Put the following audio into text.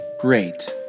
great